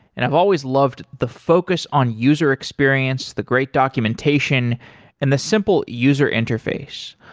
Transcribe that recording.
and i've always loved the focus on user experience, the great documentation and the simple user interface.